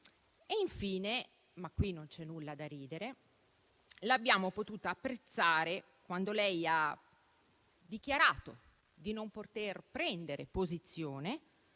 Infine, ma qui non c'è nulla da ridere, l'abbiamo potuta apprezzare quando ha dichiarato di non poter prendere posizione